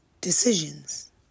decisions